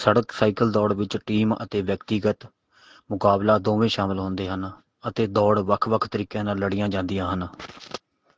ਸੜਕ ਸਾਈਕਲ ਦੌੜ ਵਿੱਚ ਟੀਮ ਅਤੇ ਵਿਅਕਤੀਗਤ ਮੁਕਾਬਲਾ ਦੋਵੇਂ ਸ਼ਾਮਲ ਹੁੰਦੇ ਹਨ ਅਤੇ ਦੌੜ ਵੱਖ ਵੱਖ ਤਰੀਕਿਆਂ ਨਾਲ ਲੜੀਆਂ ਜਾਂਦੀਆਂ ਹਨ